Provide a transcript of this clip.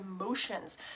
emotions